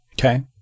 okay